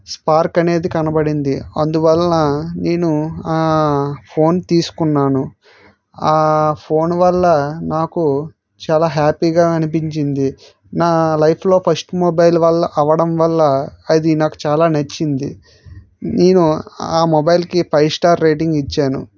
spark అనేది కనబడింది అందువలన నేను ఆ ఫోన్ తీసుకున్నాను ఆ ఫోన్ వల్ల నాకు చాలా హ్యాపీగా అనిపించింది నా లైఫ్లో ఫస్ట్ మొబైల్ వాళ్ళ అవడం వల్ల అది నాకు చాలా నచ్చింది నేను ఆ మొబైల్కి ఫైవ్ స్టార్ రేటింగ్ ఇచ్చాను